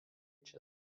čia